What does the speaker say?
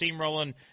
steamrolling